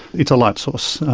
it's a light source.